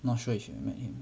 not sure if you know